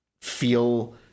feel